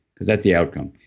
because that's the outcome.